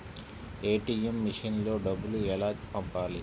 ATM మెషిన్లో డబ్బులు ఎలా పంపాలి?